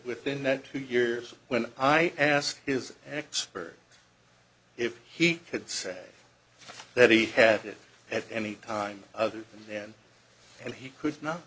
within that two years when i asked his expert if he could say that he had it at any time other than then and he could not